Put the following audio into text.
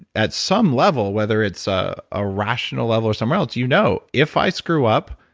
at some level, whether it's a ah rational level or somewhere else, you know if i screw up,